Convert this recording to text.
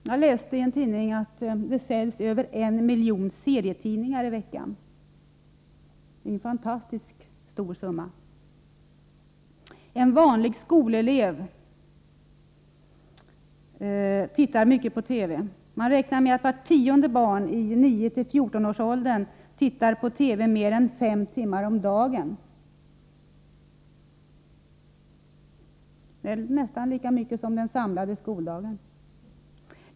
Jag läste i en tidning att det säljs över en miljon serietidningar i veckan — en fantastiskt hög siffra. Man räknar vidare med att vart tionde barn i åldrarna 9-14 år tittar på TV mer än fem timmar om dagen. Det är nästan lika mycket som det samlade antalet timmar under skoldagen.